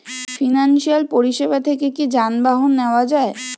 Financial পরিসেবা থেকে কি যানবাহন নেওয়া যায়?